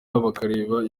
bakareba